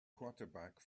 quarterback